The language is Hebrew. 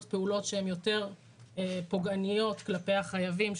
פעולות שהן יותר פוגעניות כלפי החייבים,